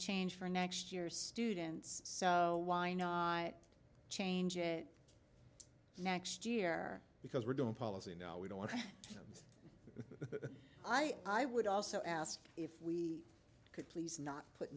change for next year students so why not change it next year because we're doing policy now we don't want to i would also ask if we could please not put